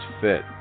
fit